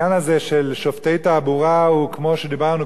העניין הזה של שופטי תעבורה הוא כמו שדיברנו